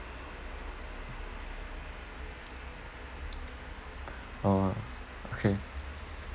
oh okay